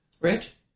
Rich